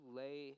lay